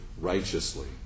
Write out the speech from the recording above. righteously